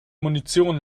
munition